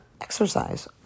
exercise